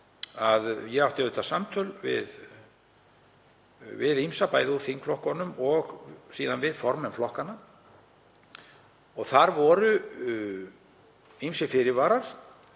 að ég átti samtöl við ýmsa úr þingflokkunum og síðan við formenn flokkanna og þar voru ýmsir fyrirvarar